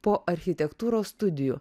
po architektūros studijų